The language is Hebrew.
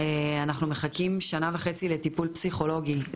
מחכים שנה וחצי לטיפול פסיכולוגי,